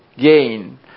gain